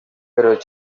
però